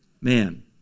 Man